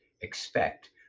expect